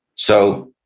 so,